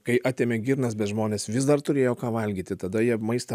kai atėmė girnas bet žmonės vis dar turėjo ką valgyti tada jie maistą